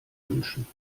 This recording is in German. wünschen